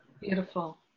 Beautiful